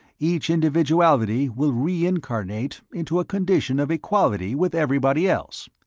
each individuality will reincarnate into a condition of equality with everybody else.